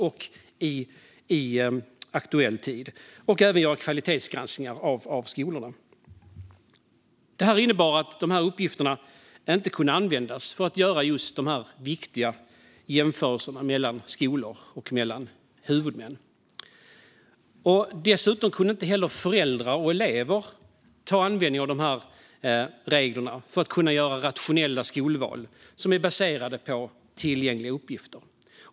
De är även viktiga för att vi ska kunna göra kvalitetsgranskningar av skolorna. Beslutet innebar att uppgifterna inte kunde användas för att göra just dessa viktiga jämförelser mellan skolor och huvudmän. Dessutom kunde inte heller föräldrar och elever med detta beslut göra rationella skolval baserade på tillgängliga uppgifter.